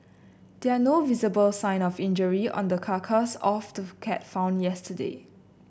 there no visible sign of injury on the carcass of the cat found yesterday